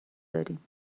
داریم